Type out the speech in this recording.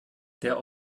der